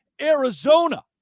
Arizona